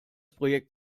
projekt